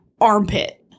Armpit